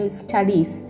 studies